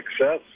success